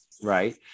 Right